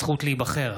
הזכות להיבחר),